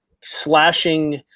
slashing